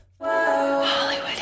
Hollywood